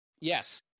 Yes